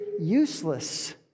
useless